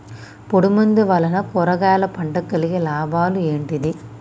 పొడిమందు వలన కూరగాయల పంటకు కలిగే లాభాలు ఏంటిది?